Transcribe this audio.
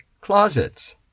closets